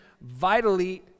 vitally